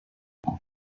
اون